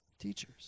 teachers